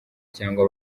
cyangwa